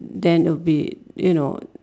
then would be you know